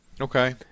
Okay